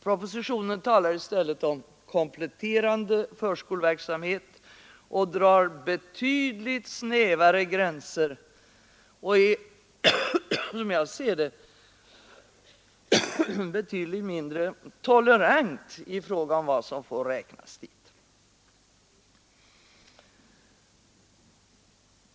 Propositionen talar i stället om kompletterande förskoleverksamhet och drar betydligt snävare gränser och är, som jag ser det, betydligt mindre tolerant i fråga om vad som får räknas dit.